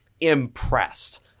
impressed